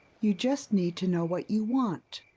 you just need to know what you want.